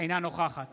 אינה נוכחת